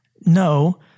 No